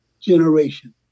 generation